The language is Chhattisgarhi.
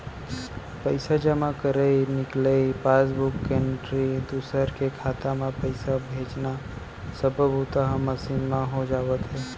पइसा जमा करई, निकलई, पासबूक एंटरी, दूसर के खाता म पइसा भेजना सब्बो बूता ह मसीन म हो जावत हे